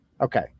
Okay